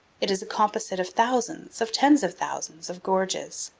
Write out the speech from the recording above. it is a composite of thousands, of tens of thousands, of gorges.